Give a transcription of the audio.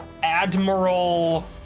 Admiral